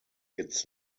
its